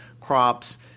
crops